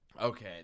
Okay